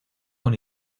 con